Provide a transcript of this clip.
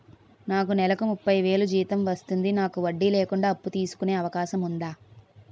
నాకు నేలకు ముప్పై వేలు జీతం వస్తుంది నాకు వడ్డీ లేకుండా అప్పు తీసుకునే అవకాశం ఉందా